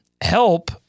help